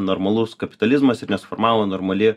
normalus kapitalizmas ir nesiformavo normali